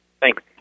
Thanks